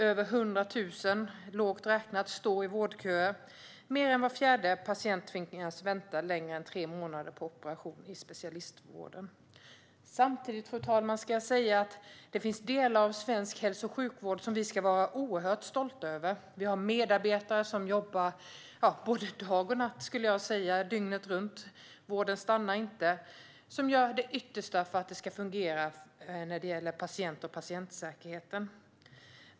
Över 100 000, lågt räknat, står i vårdköer. Mer än var fjärde patient tvingas vänta längre än tre månader på operation i specialistvården. Samtidigt, fru talman, ska jag säga att det finns delar av svensk hälso och sjukvård som vi ska vara oerhört stolta över. Vi har medarbetare som jobbar både dag och natt, skulle jag säga. De jobbar dygnet runt - vården stannar inte - och gör sitt yttersta för att det ska fungera när det gäller patienterna och patientsäkerheten.